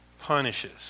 punishes